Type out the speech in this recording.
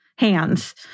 hands